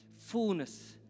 fullness